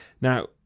Now